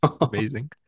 Amazing